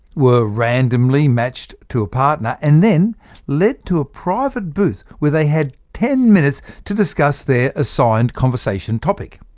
were randomly matched to a partner and then led to a private booth where they had ten minutes to discuss their assigned conversation topic.